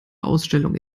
ausstellung